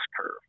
curve